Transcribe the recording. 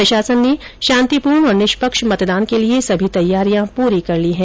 प्रशासन ने शान्तिपूर्ण और निष्पक्ष मतदान के लिए सभी तैयारियां पूरी कर ली हैं